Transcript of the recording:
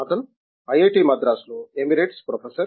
అతను ఐఐటి మద్రాసు లో emeritus professor